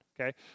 Okay